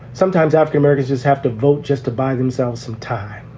sometimes african-americans just have to vote just to buy themselves some time?